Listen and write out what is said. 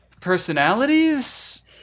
personalities